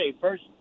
first